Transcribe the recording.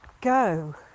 go